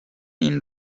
این